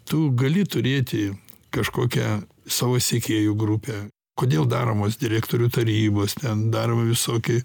tu gali turėti kažkokią savo sekėjų grupę kodėl daromos direktorių tarybos ten daromi visokie